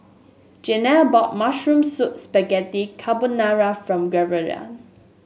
Jeannie bought Mushroom Spaghetti Carbonara for